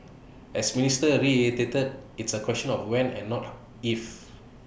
as minister reiterated it's A question of when and not if